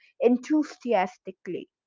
enthusiastically